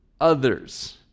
others